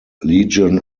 legion